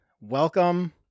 welcome